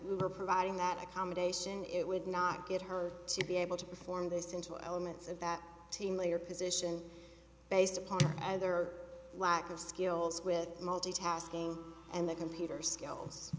her providing that accommodation it would not get her to be able to perform this into elements of that team leader position based upon either lack of skills with multitasking and the computer skills